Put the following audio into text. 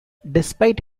despite